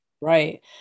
Right